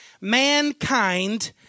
mankind